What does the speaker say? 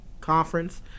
conference